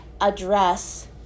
address